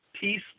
peace